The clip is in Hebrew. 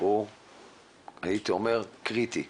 הוא הייתי אומר, קריטי.